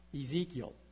Ezekiel